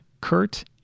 Kurt